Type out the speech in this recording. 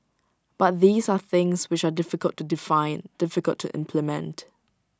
but these are things which are difficult to define difficult to implement